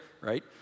right